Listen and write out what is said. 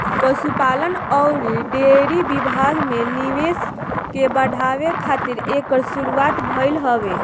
पशुपालन अउरी डेयरी विभाग में निवेश के बढ़ावे खातिर एकर शुरुआत भइल हवे